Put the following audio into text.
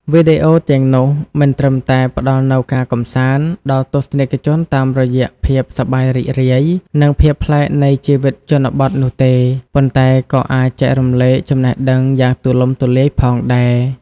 វីដេអូទាំងនោះមិនត្រឹមតែ ផ្តល់នូវការកម្សាន្ត ដល់ទស្សនិកជនតាមរយៈភាពសប្បាយរីករាយ និងភាពប្លែកនៃជីវិតជនបទនោះទេ ប៉ុន្តែក៏អាចចែករំលែកចំណេះដឹងយ៉ាងទូលំទូលាយផងដែរ។